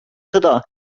sõda